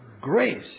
grace